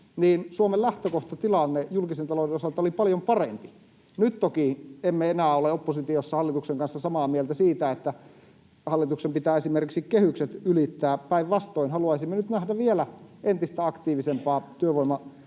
Suomen lähtökohtatilanne julkisen talouden osalta oli paljon parempi. Nyt toki emme enää ole oppositiossa hallituksen kanssa samaa mieltä siitä, että hallituksen pitää esimerkiksi kehykset ylittää. Päinvastoin, haluaisimme nyt nähdä vielä entistä aktiivisempaa työvoimapolitiikkaa.